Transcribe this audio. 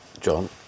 John